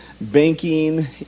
Banking